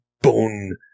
bone